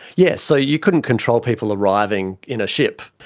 yes, so you couldn't control people arriving in a ship.